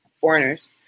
foreigners